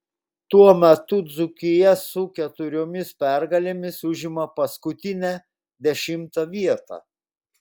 tuo metu dzūkija su keturiomis pergalėmis užima paskutinę dešimtą vietą